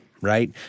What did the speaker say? Right